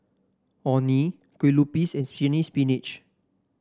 Orh Nee Kue Lupis and Chinese Spinach